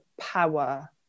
power